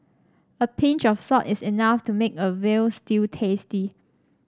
a pinch of salt is enough to make a veal stew tasty